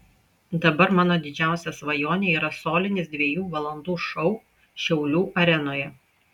dabar mano didžiausia svajonė yra solinis dviejų valandų šou šiaulių arenoje